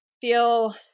feel